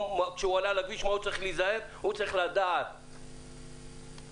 ממש כמו שאם הוא מקבל רישיון נהיגה הוא צריך לדעת ממה הוא צריך להיזהר.